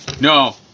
No